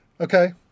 Okay